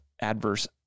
adverse